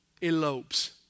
Elopes